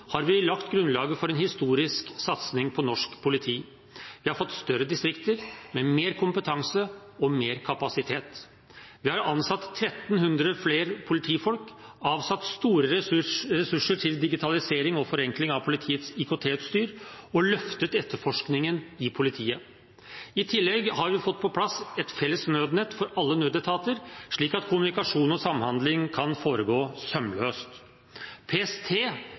har vi lagt grunnlaget for en historisk satsning på norsk politi. Vi har fått større distrikter med mer kompetanse og mer kapasitet. Vi har ansatt 1 300 flere politifolk, avsatt store ressurser til digitalisering og forenkling av politiets IKT-utstyr og løftet etterforskningen i politiet. I tillegg har vi fått på plass et felles nødnett for alle nødetater, slik at kommunikasjon og samhandling kan foregå sømløst. PST